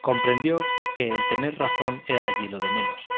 comprendió que el tener razón era allí lo de menos